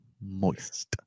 moist